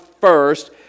first